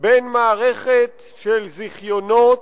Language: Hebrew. בין מערכת של זיכיונות,